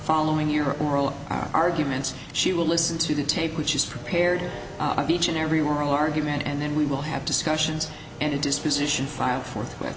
following your oral arguments she will listen to the tape which is prepared beach and everywhere argument and then we will have discussions and a disposition filed forthwith